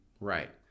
right